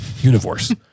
universe